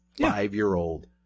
five-year-old